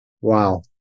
Wow